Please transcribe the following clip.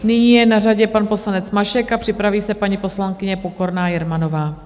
Nyní je na řadě pan poslanec Mašek a připraví se paní poslankyně Pokorná Jermanová.